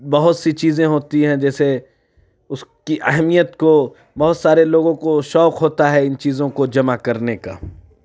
بہت سی چیزیں ہوتی ہیں جیسے اُس کی اہمیت کو بہت سارے لوگوں کو شوق ہوتا ہے اِن چیزوں کو جمع کرنے کا